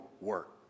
work